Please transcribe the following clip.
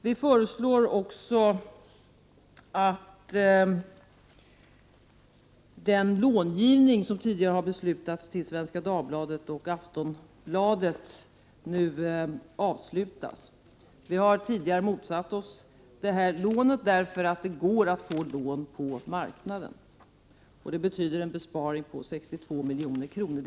Vi föreslår också att den långivning till Svenska Dagbladet och Aftonbladet som tidigare beslutats nu avslutas. Vi har tidigare motsatt oss detta lån, därför att det går att få lån på marknaden. Det betyder en besparing på 62 milj.kr.